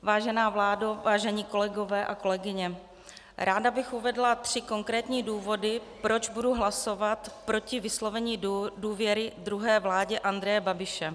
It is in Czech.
Vážená vládo, vážení kolegové a kolegyně, ráda bych uvedla tři konkrétní důvody, proč budu hlasovat proti vyslovení důvěry druhé vládě Andreje Babiše.